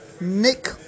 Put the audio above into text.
Nick